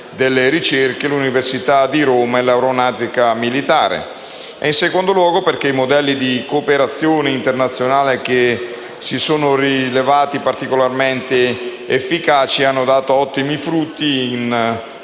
delle ricerche, l'Università di Roma e l'Aeronautica militare e, in secondo luogo, perché i modelli di cooperazione internazionale, che si sono rivelati particolarmente efficaci, hanno dato ottimi frutti, in